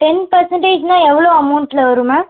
ten பர்சன்டேஜ்னா எவ்வளோ அமௌண்ட்டில் வரும் மேம்